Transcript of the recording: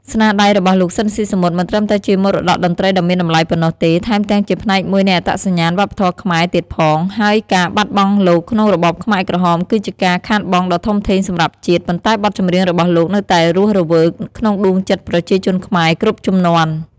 ស្នាដៃរបស់លោក ស៊ីន ស៊ីសមុត មិនត្រឹមតែជាមរតកតន្ត្រីដ៏មានតម្លៃប៉ុណ្ណោះទេ ថែមទាំងជាផ្នែកមួយនៃអត្តសញ្ញាណវប្បធម៌ខ្មែរទៀតផង ហើយការបាត់បង់លោកក្នុងរបបខ្មែរក្រហមគឺជាការខាតបង់ដ៏ធំធេងសម្រាប់ជាតិ ប៉ុន្តែបទចម្រៀងរបស់លោកនៅតែរស់រវើកក្នុងដួងចិត្តប្រជាជនខ្មែរគ្រប់ជំនាន់។